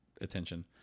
attention